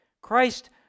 Christ